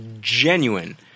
genuine